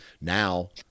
Now